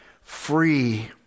free